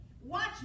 watch